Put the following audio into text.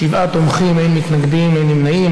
שבעה תומכים, אין מתנגדים, אין נמנעים.